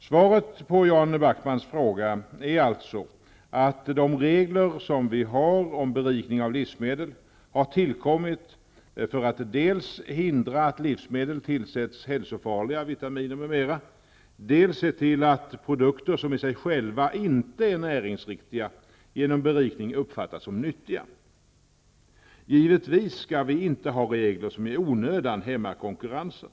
Svaret på Jan Backmans fråga är alltså att de regler som vi har om berikning av livsmedel har tillkommit för att dels hindra att i livsmedel tillsätts hälsofarliga vitaminer m.m., dels se till att produkter som i sig själva inte är näringsriktiga genom berikning uppfattas som nyttiga. Givetvis skall vi inte ha regler som i onödan hämmar konkurrensen.